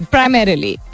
Primarily